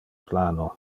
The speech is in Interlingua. plano